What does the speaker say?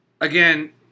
again